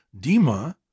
Dima